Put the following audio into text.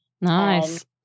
Nice